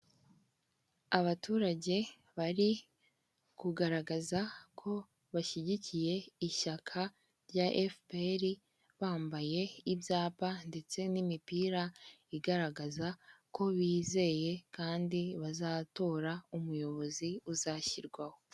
Abaturage bari kugaragaza ko bashyigikiye ishyaka rya FPR, bambaye ibyapa ndetse n'imipira igaragaza ko bizeye kandi bazatora umuyobozi uzashyirwaho.